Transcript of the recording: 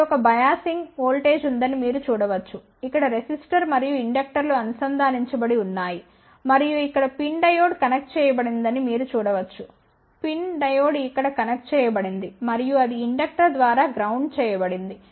ఇక్కడ ఒక biasing voltage ఉందని మీరు చూడవచ్చు ఇక్కడ రెసిస్టర్ మరియు ఇండక్టర్ లు అనుసంధానించబడి ఉన్నాయి మరియు ఇక్కడ PIN డయోడ్ కనెక్ట్ చేయబడిందని మీరు చూడవచ్చు PIN డయోడ్ ఇక్కడ కనెక్ట్ చేయబడింది మరియు అది ఇండక్టర్ ద్వారా గ్రౌండ్ చేయబడింది